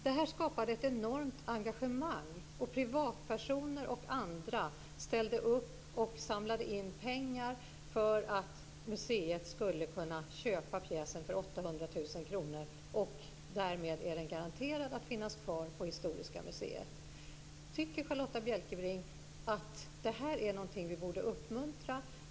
Detta skapade ett enormt engagemang, och privatpersoner och andra ställde upp och samlade in pengar för att museet skulle kunna köpa pjäsen för 800 000 kr, och därmed är den garanterad att finnas kvar på Historiska museet. Tycker Charlotta L Bjälkebring att det här är något som vi borde uppmuntra?